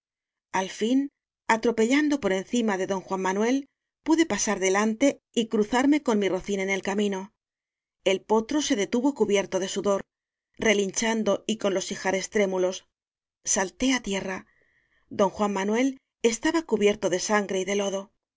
al fin atropellando por encima de don juan manuel pude pasar delante y cru zarme con mi rocín en el camino el potro se detuvo cubierto de sudor relinchando y con los ijares trémulos salté á tierra don juan manuel estaba cubierto de sangre y de lodo